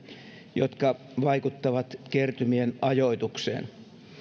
jotka vaikuttavat kertymien ajoitukseen